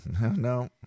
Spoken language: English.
No